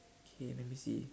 okay let me see